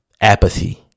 apathy